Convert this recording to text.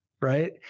right